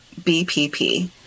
BPP